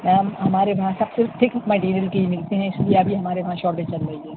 میم ہمارے وہاں سب سے فیکس موڈیول کے ہی ملتے ہیں اِسی لیے ابھی ہمارے وہاں شارٹج چل رہی ہے